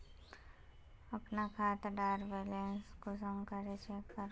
अपना खाता डार बैलेंस अपने कुंसम करे चेक करूम?